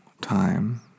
time